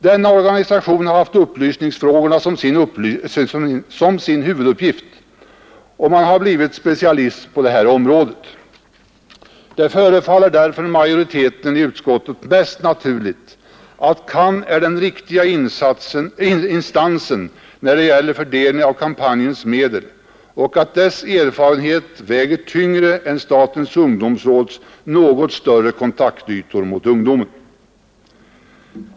Denna organisation har haft upplysningsfrågorna som sin huvuduppgift, och man har blivit specialist på detta område. Det förefaller därför majoriteten i utskottet mest naturligt att CAN är den riktiga instansen när det gäller fördelningen av kampanjens medel och att dess erfarenhet betyder mer än statens ungdomsråds något större kontaktytor mot ungdomen.